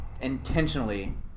intentionally